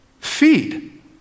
Feed